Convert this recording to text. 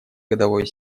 годовой